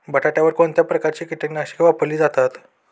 बटाट्यावर कोणत्या प्रकारची कीटकनाशके वापरली जातात?